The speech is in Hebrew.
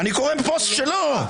פוסט שלו.